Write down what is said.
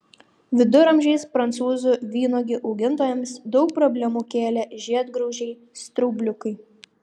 viduramžiais prancūzų vynuogių augintojams daug problemų kėlė žiedgraužiai straubliukai